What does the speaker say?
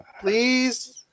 please